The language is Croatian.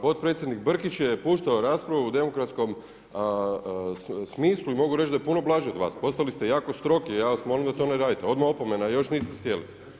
Potpredsjednik Brkić je puštao raspravu u demokratskom smislu i mogu reći da je puno blaži od vas, postali ste kako strogi, ja vam molim da to ne radite, odmah opomena, a još niste sjeli.